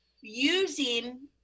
Using